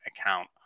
account